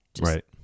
Right